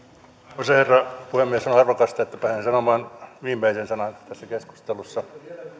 arvoisa herra puhemies on arvokasta että pääsen sanomaan viimeisen sanan tässä keskustelussa